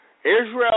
Israel